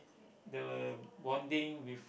the bonding with